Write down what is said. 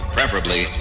Preferably